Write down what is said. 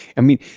i mean,